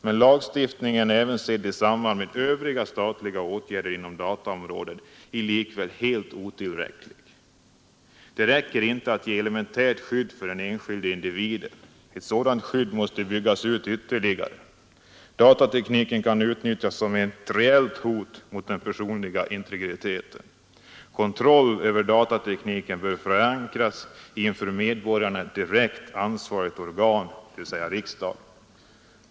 Men lagstiftningen, även sedd i samband med övriga statliga åtgärder inom dataområdet, är likväl helt otillräcklig. Det räcker inte att ge ett elementärt skydd för den enskilde individen. Ett sådant skydd måste byggas ut ytterligare. Datatekniken kan utnyttjas som ett reellt hot mot den personliga integriteten. Kontrollen över datatekniken bör förankras i ett inför medborgarna direkt ansvarigt organ, dvs. riksdagen.